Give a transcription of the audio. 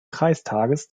kreistages